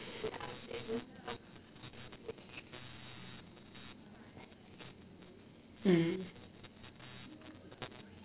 mm